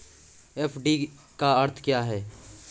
FD का अर्थ क्या है?